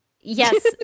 yes